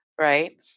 right